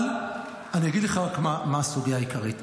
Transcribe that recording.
אבל, אני אגיד לך רק מה הסוגיה העיקרית.